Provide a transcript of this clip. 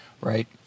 Right